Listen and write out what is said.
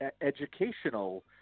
educational